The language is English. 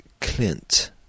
Clint